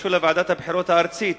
קשור לוועדת הבחירות הארצית